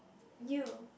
you